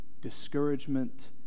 discouragement